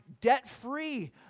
debt-free